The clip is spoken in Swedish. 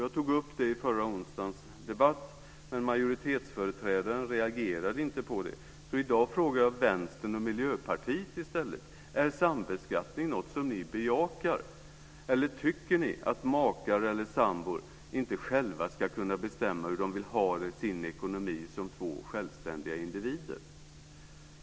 Jag tog upp det i förra onsdagens debatt, men majoritetsföreträdaren reagerade inte på det, så i dag frågar jag i stället Vänstern och Miljöpartiet: Är sambeskattning någonting som ni bejakar, eller tycker ni att makar eller sambor inte själva ska kunna bestämma hur de vill ha sin ekonomi som två självständiga individer?